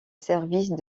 service